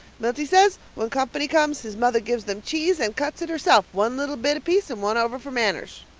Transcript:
milty says when company comes his mother gives them cheese and cuts it herself. one little bit apiece and one over for manners.